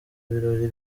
birori